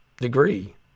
degree